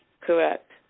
Correct